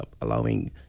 allowing